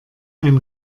ein